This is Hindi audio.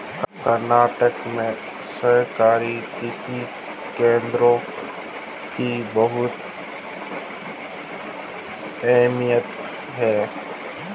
कर्नाटक में सहकारी कृषि केंद्रों की बहुत अहमियत है